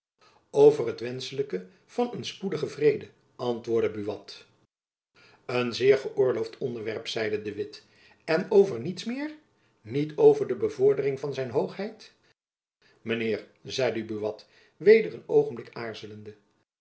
over het wenschelijke van een spoedigen vrede antwoordde buat een zeer geoorloofd onderwerp zeide de witt en over niets meer niet over de bevordering van zijn hoogheid mijn heer zeide buat weder een oogenblik aarzelende